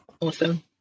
awesome